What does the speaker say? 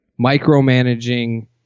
micromanaging